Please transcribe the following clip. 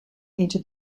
into